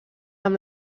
amb